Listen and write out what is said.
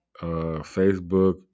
Facebook